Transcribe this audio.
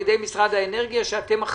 מי הדובר?